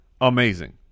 amazing